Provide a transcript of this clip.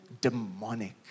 demonic